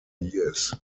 years